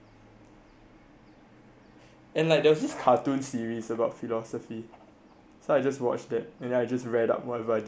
and like there's this cartoon series about philosophy so I just watched that then I just read more about what I didn't know